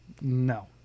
No